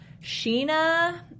Sheena